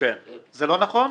זה לא נכון?